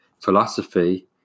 philosophy